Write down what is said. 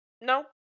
No